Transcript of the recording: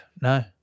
No